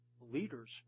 leaders